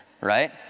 right